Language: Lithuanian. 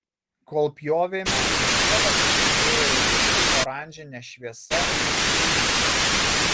kol pjovėme žiedas spindėjo ryškiai oranžine šviesa kaip lydytas